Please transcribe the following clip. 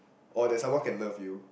or that someone can love you